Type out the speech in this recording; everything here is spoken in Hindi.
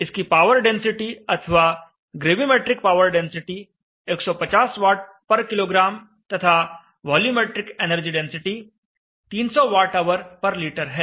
इसकी पावर डेंसिटी अथवा ग्रेविमेट्रिक पावर डेंसिटी 150 Wkg तथा वॉल्यूमैट्रिक एनर्जी डेंसिटी 300 Whliter है